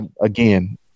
again